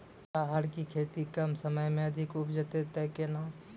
राहर की खेती कम समय मे अधिक उपजे तय केना?